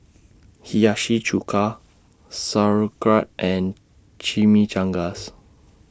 Hiyashi Chuka Sauerkraut and Chimichangas